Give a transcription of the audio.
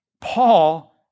Paul